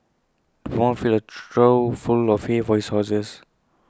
the farmer filled A trough full of hay for his horses